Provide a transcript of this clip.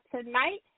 tonight